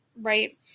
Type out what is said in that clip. right